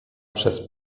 przez